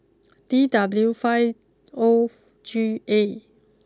D W five O G A